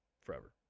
forever